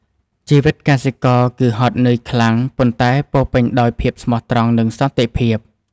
ជីវិតកសិករគឺហត់នឿយខ្លាំង ប៉ុន្តែពោរពេញដោយភាពស្មោះត្រង់ និងសន្តិភាព។